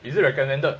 is it recommended